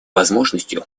возможностью